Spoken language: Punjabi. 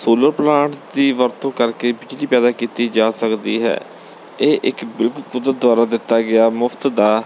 ਸੋਲੋ ਪਲਾਂਟ ਦੀ ਵਰਤੋਂ ਕਰਕੇ ਬਿਜਲੀ ਪੈਦਾ ਕੀਤੀ ਜਾ ਸਕਦੀ ਹੈ ਇਹ ਇੱਕ ਬਿਲ ਕੁਦਰਤ ਦੁਆਰਾ ਦਿੱਤਾ ਗਿਆ ਮੁਫਤ ਦਾ